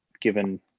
given